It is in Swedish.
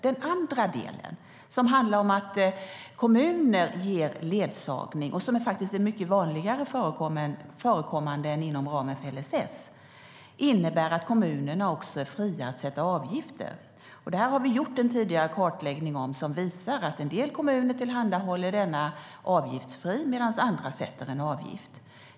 Den andra delen som handlar om att kommuner ger ledsagning, vilket är mer vanligt förekommande än inom ramen för LSS, innebär att kommunerna också är fria att sätta avgifter. Det har vi gjort en tidigare kartläggning om som visar att en del kommuner tillhandahåller denna service avgiftsfritt medan andra sätter en avgift.